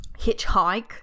hitchhike